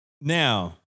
Now